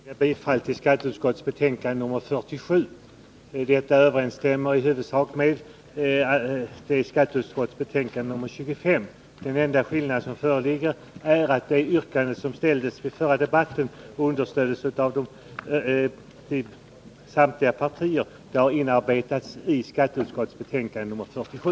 Fru talman! Jag ber att få yrka bifall till hemställan i skatteutskottets betänkande nr 47. Detta betänkande överensstämmer i huvudsak med skatteutskottets betänkande nr 25. Den enda skillnaden är att det yrkande som ställdes under den förra debatten och understöddes av samtliga partier har inarbetats i skatteutskottets betänkande nr 47.